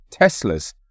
Teslas